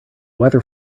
weather